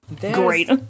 Great